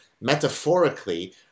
metaphorically